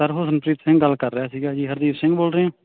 sir Harmanpreet Singh ਗੱਲ ਕਰ ਰਿਹਾ ਸੀਗਾ ਜੀ ਹਰਦੀਪ ਸਿੰਘ ਬੋਲ ਰਹੇ